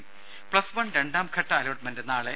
ദേദ പ്പസ് വൺ രണ്ടാം ഘട്ട അലോട്ട്മെന്റ് നാളെ